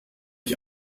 ich